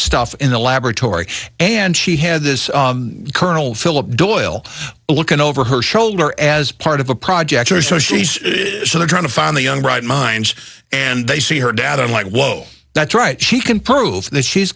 stuff in the laboratory and she had this colonel philip doyle looking over her shoulder as part of a project or so she's so they're trying to find the young bright minds and they see her dad i'm like whoa that's right she can prove that she's